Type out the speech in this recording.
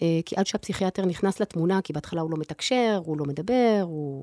כי עד שהפסיכיאטר נכנס לתמונה, כי בהתחלה הוא לא מתקשר, הוא לא מדבר, הוא...